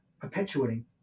perpetuating